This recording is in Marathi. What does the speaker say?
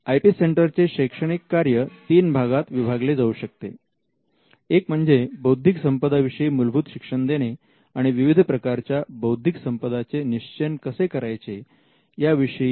आय पी सेंटरचे शैक्षणिक कार्य तीन भागात विभागले जाऊ शकते एक म्हणजे बौद्धिक संपदा विषयी मूलभूत शिक्षण देणे आणि विविध प्रकारच्या बौद्धिक संपदा चे निश्चयन कसे करायचे याविषयीचे मार्गदर्शन करणे हे होय